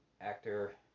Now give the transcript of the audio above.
actor